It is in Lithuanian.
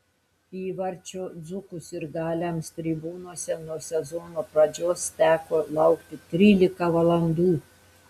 įvarčio dzūkų sirgaliams tribūnose nuo sezono pradžios teko laukti trylika valandų